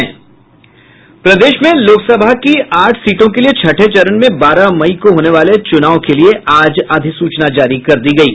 प्रदेश में लोकसभा की आठ सीटों के लिए छठे चरण में बारह मई को होने वाले च्रनाव के लिए आज अधिसूचना जारी कर दी गयी